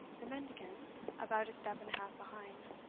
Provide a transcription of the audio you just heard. the mendicant about a step and a half behind,